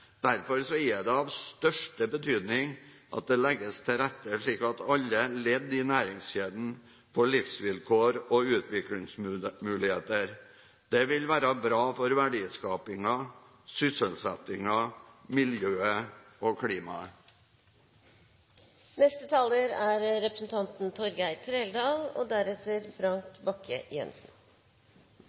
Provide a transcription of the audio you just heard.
Derfor er det av største betydning at det legges til rette slik at alle ledd i næringskjeden får livsvilkår og utviklingsmuligheter. Det vil være bra for verdiskapingen, sysselsettingen, miljøet og